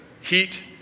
heat